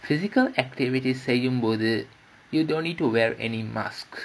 physical activity செய்யும் போது:seyum pothu you don't need to wear any mask